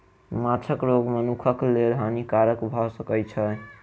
माँछक रोग मनुखक लेल हानिकारक भअ सकै छै